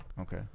Okay